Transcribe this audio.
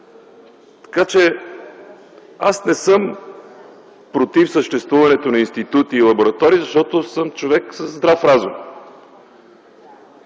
такова нещо. Не съм против съществуването на институти и лаборатории, защото съм човек със здрав разум.